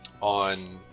on